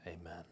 Amen